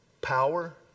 power